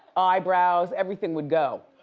eyebrows, everything would go,